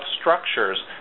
structures